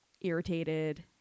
irritated